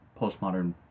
postmodern